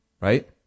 right